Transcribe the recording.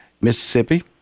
Mississippi